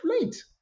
late